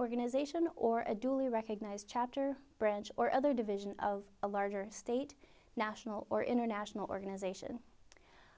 organization or a duly recognized chapter branch or other division of a larger state national or international organization